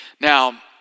now